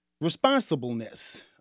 responsibleness